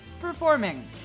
performing